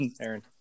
Aaron